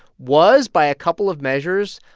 was, by a couple of measures,